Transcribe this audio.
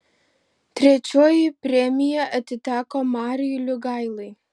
trečioji premija atiteko mariui liugailai